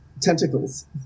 tentacles